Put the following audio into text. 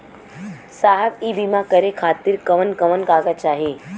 साहब इ बीमा करें खातिर कवन कवन कागज चाही?